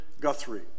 Guthrie